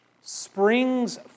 springs